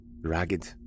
ragged